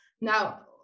now